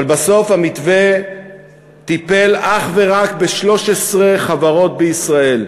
אבל בסוף, המתווה טיפל אך ורק ב-13 חברות בישראל,